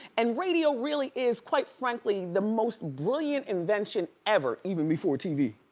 and radio really is, quite frankly, the most brilliant invention ever. even before tv.